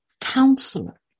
counselor